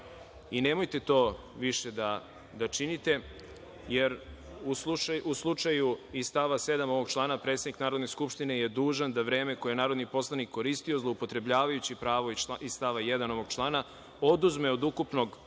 Nemojte to više da činite, jer u slučaju iz stava 7. ovog člana – predsednik Narodne skupštine je dužan da vreme koje je narodni poslanik koristio zloupotrebljavajući pravo iz stava 1. Ovog člana oduzme od ukupnog